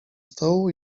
stołu